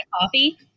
coffee